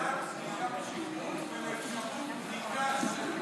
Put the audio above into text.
למניעת נהיגה בשכרות ולאפשרות בדיקה של שכרות ושל סמים.